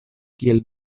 kiel